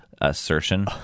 assertion